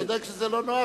אתה צודק שזה לא נוח,